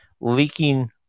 leaking